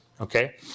okay